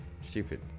Stupid